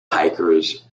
hikers